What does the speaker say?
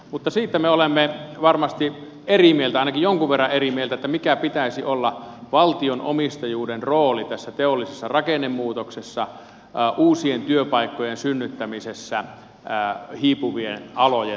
mutta siitä me olemme varmasti eri mieltä ainakin jonkun verran eri mieltä mikä pitäisi olla valtion omistajuuden rooli tässä teollisessa rakennemuutoksessa uusien työpaikkojen synnyttämisessä hiipuvien alojen tilalle